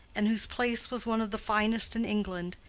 and whose place was one of the finest in england,